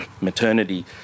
maternity